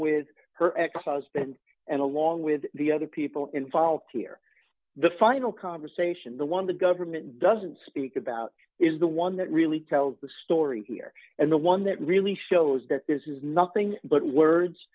with her ex husband and along with the other people involved here the final conversation the one the government doesn't speak about is the one that really tells the story here and the one that really shows that this is nothing but words